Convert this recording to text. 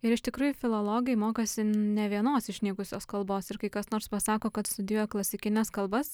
ir iš tikrųjų filologai mokosi ne vienos išnykusios kalbos ir kai kas nors pasako kad studijuoja klasikines kalbas